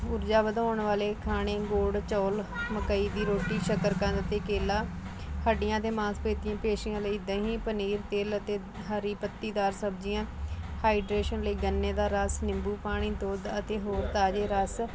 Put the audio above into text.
ਊਰਜਾ ਵਧਾਉਣ ਵਾਲੇ ਖਾਣੇ ਗੁੜ ਚੌਲ ਮਕਈ ਦੀ ਰੋਟੀ ਸ਼ਕਰਕੰਦ ਅਤੇ ਕੇਲਾ ਹੱਡੀਆਂ ਅਤੇ ਮਾਸਪੇਸ਼ੀਆਂ ਪੇਸ਼ੀਆਂ ਲਈ ਦਹੀਂ ਪਨੀਰ ਤਿਲ ਅਤੇ ਹਰੀ ਪੱਤੀਦਾਰ ਸਬਜ਼ੀਆਂ ਹਾਈਡਰੇਸ਼ਨ ਲਈ ਗੰਨੇ ਦਾ ਰਸ ਨਿੰਬੂ ਪਾਣੀ ਦੁੱਧ ਅਤੇ ਹੋਰ ਤਾਜ਼ੇ ਰਸ